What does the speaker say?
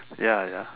ya ya